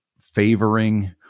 favoring